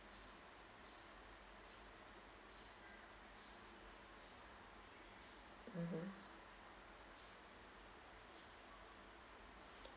mmhmm